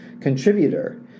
contributor